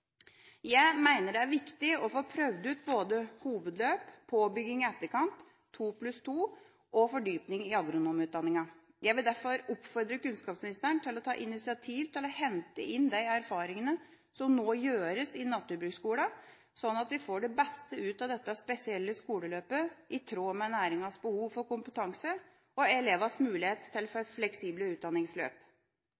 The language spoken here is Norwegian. Jeg mener det er viktig å få prøvd ut både hovedløp, påbygging i etterkant, 2+2-modellen og fordypning i agronomutdanninga. Jeg vil derfor oppfordre kunnskapsministeren til å ta initiativ til å hente inn de erfaringene som nå gjøres i naturbruksskolene, slik at vi får det beste ut av dette spesielle skoleløpet, i tråd med næringas behov for kompetanse og elevenes mulighet